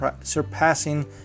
surpassing